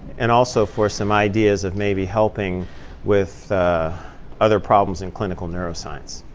and also for some ideas of maybe helping with other problems in clinical neuroscience.